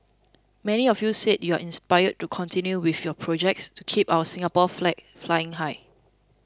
many of you said you are inspired to continue with your projects to keep our Singapore flag flying high